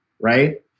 Right